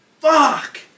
Fuck